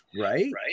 right